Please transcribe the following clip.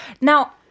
now